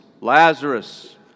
Lazarus